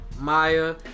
Maya